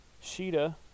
Sheeta